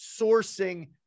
sourcing